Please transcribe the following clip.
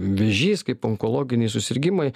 vėžys kaip onkologiniai susirgimai